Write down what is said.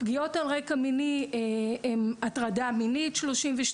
הפגיעות על רקע מיני הן הטרדה מינית, 32%,